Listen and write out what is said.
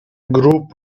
group